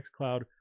xCloud